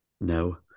No